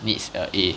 needs a A